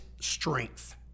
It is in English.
strength